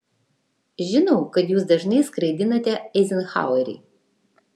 žinau kad jūs dažnai skraidinate eizenhauerį